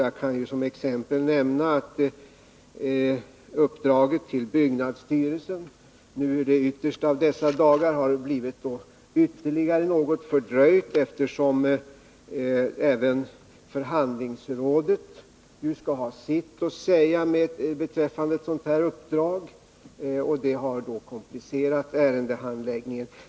Jag kan som exempel nämna att uppdraget till byggnadsstyrelsen nu, i de yttersta av dessa dagar, har blivit ännu något fördröjt, eftersom även förhandlingsrådet skall säga sitt beträffande ett sådant uppdrag. Det har komplicerat ärendehandläggningen.